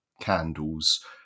candles